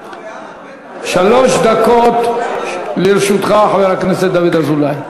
שלוש דקות לרשותך, חבר הכנסת דוד אזולאי.